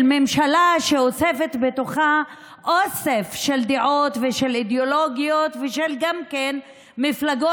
של ממשלה שאוספת בתוכה אוסף של דעות ושל אידיאולוגיות וגם של מפלגות